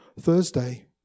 Thursday